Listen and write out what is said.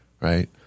right